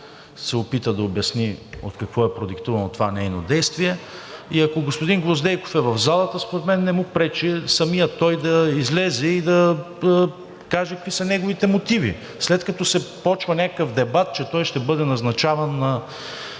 се опита да обясни от какво е продиктувано това нейно действие. И ако господин Гвоздейков е в залата според мен не му пречи самият той да излезе и да каже какви са неговите мотиви. След като се започва някакъв дебат, че той ще бъде назначаван на